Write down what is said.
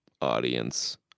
audience